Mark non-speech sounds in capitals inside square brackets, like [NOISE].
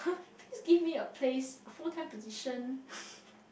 please just give me a place full time position [BREATH]